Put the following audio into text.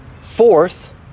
Fourth